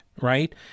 right